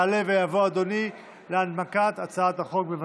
יעלה ויבוא אדוני להנמקת הצעת החוק, בבקשה.